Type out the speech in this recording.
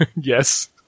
Yes